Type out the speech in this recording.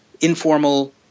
informal